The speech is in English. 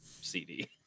CD